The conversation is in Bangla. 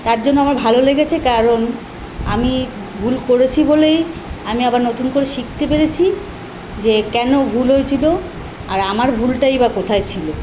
তার জন্য আমার ভালো লেগেছে কারণ আমি ভুল করেছি বলেই আমি আবার নতুন করে শিখতে পেরেছি যে কেন ভুল হয়েছিল আর আমার ভুলটাই বা কোথায় ছিল